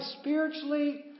spiritually